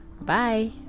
Bye